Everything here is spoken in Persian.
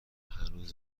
هنوز